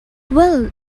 well